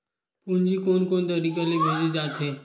पूंजी कोन कोन तरीका ले भेजे जाथे?